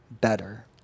better